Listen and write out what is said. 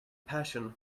passion